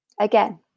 Again